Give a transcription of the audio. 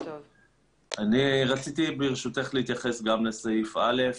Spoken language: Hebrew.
אני רציתי, ברשותך, להתייחס גם לסעיף (א).